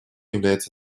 является